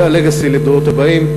זה ה-legacy לדורות הבאים.